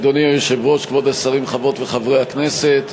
אדוני היושב-ראש, כבוד השרים, חברות וחברי הכנסת,